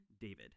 David